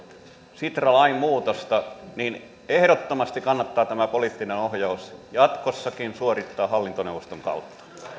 sitra lain muutosta niin ehdottomasti kannattaa tämä poliittinen ohjaus jatkossakin suorittaa hallintoneuvoston kautta